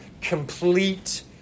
complete